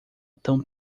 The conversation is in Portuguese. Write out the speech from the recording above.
tão